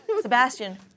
Sebastian